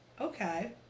Okay